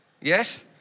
Yes